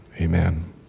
Amen